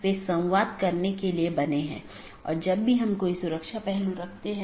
बस एक स्लाइड में ऑटॉनमस सिस्टम को देख लेते हैं